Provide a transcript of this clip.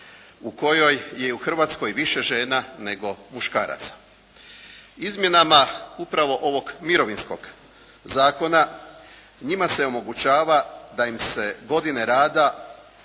u kojoj je u Hrvatskoj više žena nego muškaraca. Izmjenama upravo ovog Mirovinskog zakona njima se omogućava da im se godine rada,